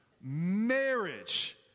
Marriage